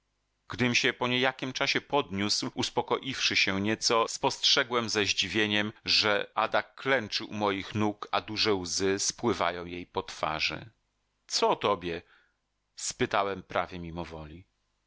gdym się po niejakiem czasie podniósł uspokoiwszy się nieco spostrzegłem ze zdziwieniem że ada klęczy u moich nóg a duże łzy spływają jej po twarzy co tobie spytałem prawie mimowoli ona